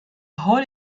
whole